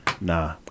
Nah